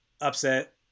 upset